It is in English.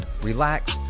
relax